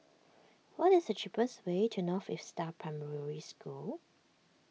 what is the cheapest way to North Vista Primary School